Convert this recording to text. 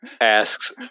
asks